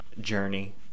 journey